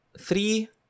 Three